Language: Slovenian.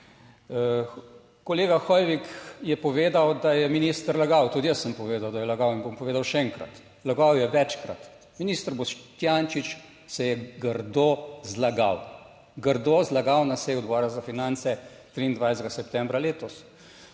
Kolega Hoivik je povedal, da je minister lagal. Tudi jaz sem povedal, da je lagal in bom povedal še enkrat, lagal je večkrat. Minister Boštjančič se je grdo zlagal, grdo zlagal na seji Odbora za finance 23. septembra letos.